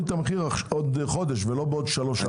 את המחיר עוד חודש ולא בעוד שלוש שנים.